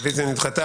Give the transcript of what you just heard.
הרביזיה נדחתה.